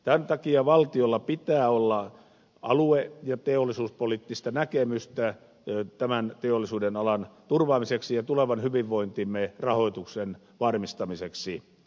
tämän takia valtiolla pitää olla alue ja teollisuuspoliittista näkemystä tämän teollisuuden alan turvaamiseksi ja tulevan hyvinvointimme rahoituksen varmistamiseksi